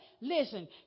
Listen